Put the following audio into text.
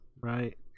right